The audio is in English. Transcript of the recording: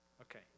Okay